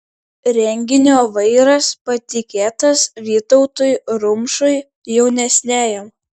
renginio vairas patikėtas vytautui rumšui jaunesniajam